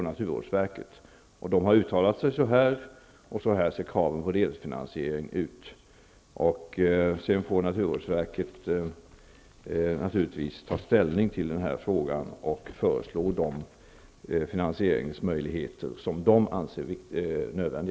Naturvårdsverket har uttalat sig på detta sätt, och så här ser kraven på delfinansiering ut. Sedan får naturvårdsverket naturligtvis ta ställning i frågan och föreslå den finansiering som man anser nödvändig.